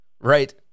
right